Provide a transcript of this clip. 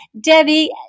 Debbie